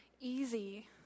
easy